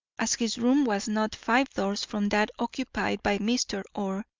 as his room was not five doors from that occupied by mr. orr,